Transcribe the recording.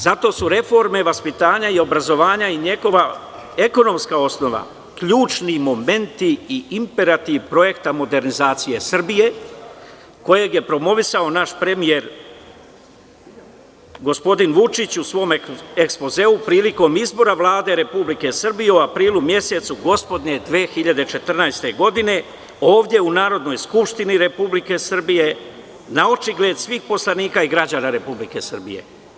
Zato su reforme vaspitanja i obrazovanja i njegova ekonomska osnova ključni moment i imperativ projekta modernizacije, Srbije kojeg je promovisao naš premijer, gospodin Vučić, u svom ekspozeu prilikom izbora Vlade Republike Srbije, u aprilu mesecu gospodnje 2014. godine, ovde u Narodnoj skupštini Republike Srbije, na očigled svih poslanika i građana Republike Srbije.